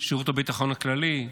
שירות הביטחון הכללי,